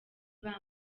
bari